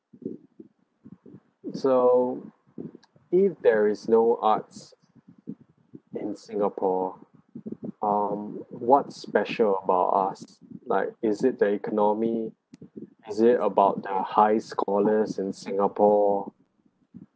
so if there is no arts in singapore um what's special about us like is it the economy is it about the high scholars in singapore